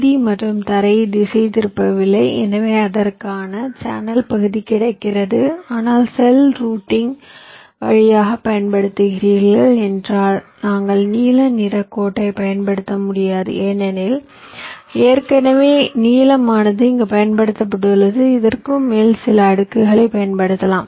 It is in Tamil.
டி மற்றும் தரையை திசைதிருப்பவில்லை எனவே அதற்கான சேனல் பகுதி கிடைக்கிறது ஆனால் செல் ரூட்டிங் வழியாகப் பயன்படுத்துகிறீர்கள் என்றால் நாங்கள் நீல நிறக் கோட்டைப் பயன்படுத்த முடியாது ஏனெனில் ஏற்கனவே நீலமானது இங்கு பயன்படுத்தப்பட்டுள்ளது இருக்கும் வேறு சில அடுக்குகளைப் பயன்படுத்தலாம்